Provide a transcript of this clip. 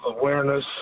awareness